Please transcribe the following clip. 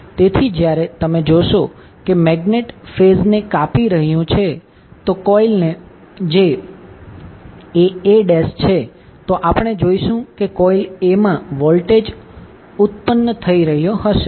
તેથી જ્યારે તમે જોશો કે મેગ્નેટ ફેઝ ને કાપી રહ્યું છે તો કોઈલન જે a a' છે તો આપણે જોઇશુ કે કોઇલ A માં વોલ્ટેજ ઉત્પન્ન થઇ રહ્યો હશે